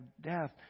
death